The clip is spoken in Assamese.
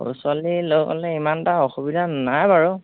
ল'ৰা ছোৱালী লৈ গ'লে ইমান এটা অসুবিধা নাই বাৰু